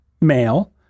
male